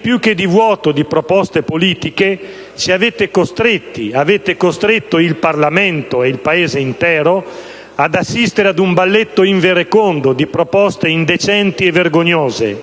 più che di vuoto di proposte politiche, ci avete costretti, avete costretto il Parlamento e il Paese intero ad assistere ad un balletto inverecondo di proposte indecenti e vergognose: